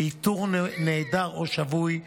ואיתור נעדר או שבוי,